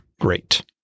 great